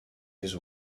his